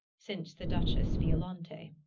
since the duchess violante.